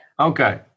Okay